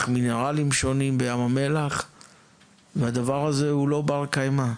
אתה לוקח מינרלים שונים בים המלח והדבר הזה הוא לא בר קיימא,